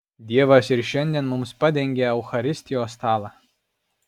dievas ir šiandien mums padengia eucharistijos stalą